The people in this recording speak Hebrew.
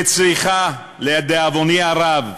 וצריכה, לדאבוני הרב,